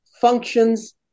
functions